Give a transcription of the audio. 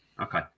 Okay